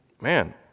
man